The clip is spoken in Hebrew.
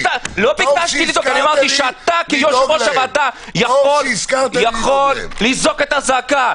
אמרתי שאתה כיושב-ראש הוועדה יכול לזעוק את הזעקה.